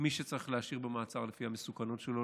מי שצריך להשאיר במעצר לפי המסוכנות שלו,